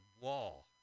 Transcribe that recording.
wall